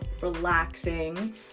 relaxing